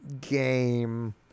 Game